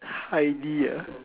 Heidi ah